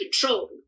control